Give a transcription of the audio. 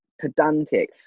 pedantic